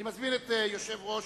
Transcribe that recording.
אני מזמין את יושב-ראש